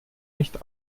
nicht